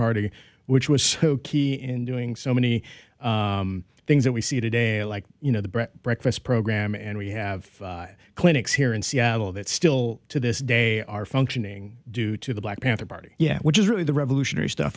party which was so key in doing so many things that we see today like you know the bread breakfast program and we have clinics here in seattle that still to this day are functioning due to the black panther party yeah which is really the revolutionary stuff